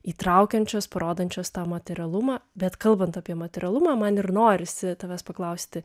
įtraukiančios parodančios tą materialumą bet kalbant apie materialumą man ir norisi tavęs paklausti